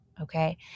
okay